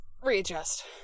readjust